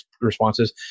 responses